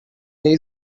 there